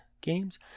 games